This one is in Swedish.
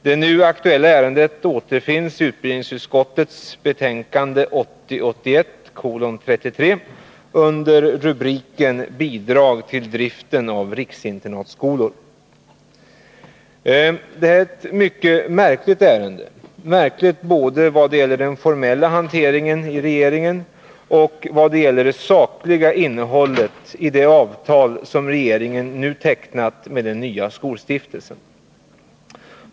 Det nu aktuella ärendet återfinns i utbildningsutskottets betänkande 1980/81:33 under rubriken Bidrag till driften av riksinternatskolor. Detta ärende är ett mycket märkligt ärende. Det är märkligt både vad gäller den formella hanteringen av detsamma i regeringen och vad gäller det sakliga innehållet i det avtal som regeringen nu tecknat med den nya skolstiftelsen.